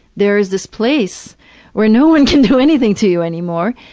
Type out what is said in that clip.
there is this place where no one can do anything to you anymore.